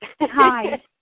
Hi